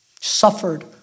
Suffered